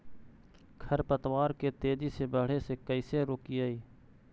खर पतवार के तेजी से बढ़े से कैसे रोकिअइ?